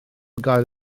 gael